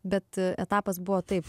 bet etapas buvo taip